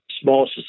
Small